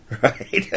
Right